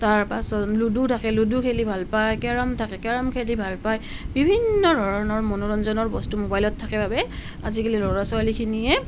তাৰপাছত লুডু থাকে লুডু খেলি ভাল পায় কেৰম থাকে কেৰম খেলি ভাল পায় বিভিন্ন ধৰণৰ মনোৰঞ্জনৰ বস্তু মবাইলত থাকে বাবে আজিকালি ল'ৰা ছোৱালীখিনিয়ে